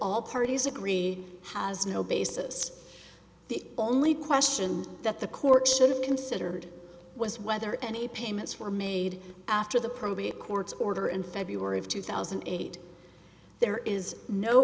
all parties agreed has no basis the only question that the court should have considered was whether any payments were made after the probate courts order in february of two thousand and eight there is no